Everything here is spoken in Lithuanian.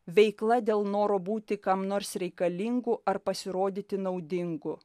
veikla dėl noro būti kam nors reikalingu ar pasirodyti naudingu